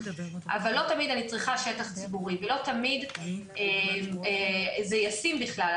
אבל לא תמיד אני צריכה שטח ציבורי ולא תמיד זה ישים בכלל.